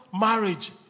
marriage